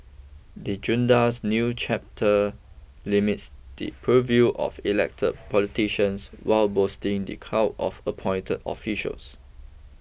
the junta's new charter limits the purview of elected politicians while boosting the clout of appointed officials